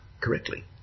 correctly